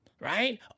Right